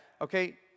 okay